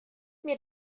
mir